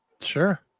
sure